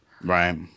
Right